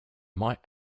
might